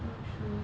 true true